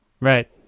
Right